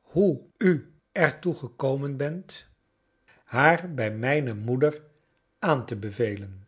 hoe u er toe gekomen bent haar bij mijne moeder aan te bevelen